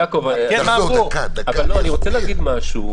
יעקב, אני רוצה להגיד משהו.